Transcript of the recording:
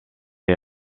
est